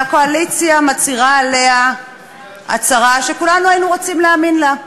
והקואליציה מצהירה לגביה הצהרה שכולנו היינו רוצים להאמין בה,